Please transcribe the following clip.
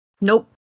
Nope